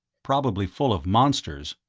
probably full of monsters.